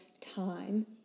time